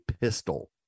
pistol